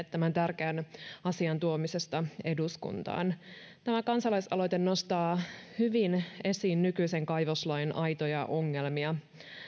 tämän tärkeän asian tuomisesta eduskuntaan tämä kansalaisaloite nostaa hyvin esiin nykyisen kaivoslain aitoja ongelmia